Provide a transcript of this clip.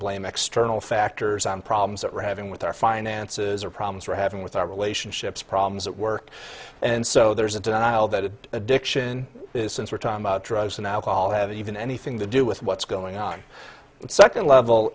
blame external factors on problems that we're having with our finances or problems we're having with our relationships problems at work and so there's a denial that addiction is since we're talking about drugs and alcohol have even anything to do with what's going on second level